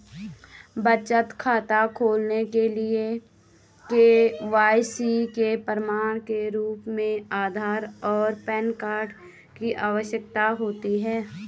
बचत खाता खोलने के लिए के.वाई.सी के प्रमाण के रूप में आधार और पैन कार्ड की आवश्यकता होती है